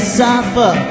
suffer